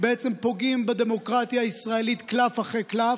ובעצם פוגעים בדמוקרטיה הישראלית, קלף אחרי קלף.